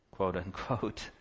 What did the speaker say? Quote-unquote